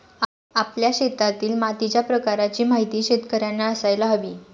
आपल्या शेतातील मातीच्या प्रकाराची माहिती शेतकर्यांना असायला हवी